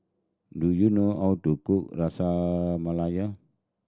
do you know how to cook